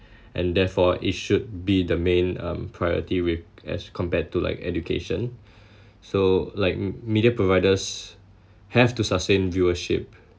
therefore it should be the main um priority with as compared to like education so like m~ media providers have to sustain viewership